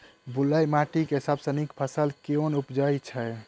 बलुई माटि मे सबसँ नीक फसल केँ उबजई छै?